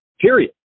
period